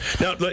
Now